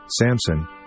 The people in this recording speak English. Samson